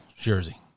jersey